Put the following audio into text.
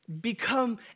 become